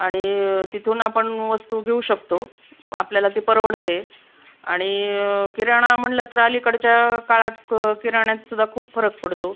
आणि तिथून आपण वस्तू घेऊ शकतो आपल्याला ते परवडते आणि किराणा म्हटलं तर अलीकडच्या काळात किराण्यात सुद्धा खूप फरक पडतो